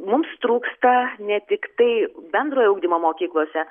mums trūksta ne tiktai bendrojo ugdymo mokyklose